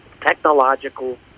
technological